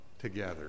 together